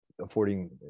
affording